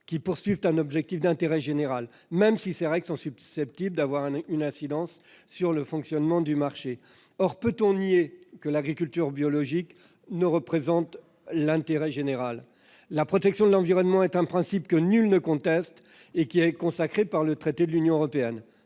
qui ont un objectif d'intérêt général, même si ces règles sont susceptibles d'avoir une incidence sur le fonctionnement du marché. Peut-on nier que l'agriculture biologique représente l'intérêt général ? La protection de l'environnement est un principe que nul ne conteste et qui est consacré par le traité de l'Union européenne